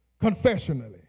confessionally